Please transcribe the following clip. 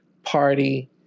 Party